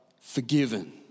forgiven